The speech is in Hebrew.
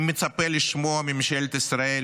אני מצפה לשמוע מממשלת ישראל